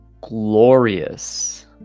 glorious